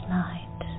night